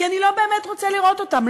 כי אני לא באמת רוצה לראות אותם.